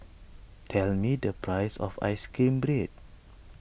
tell me the price of Ice Cream Bread